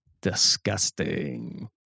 Disgusting